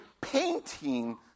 painting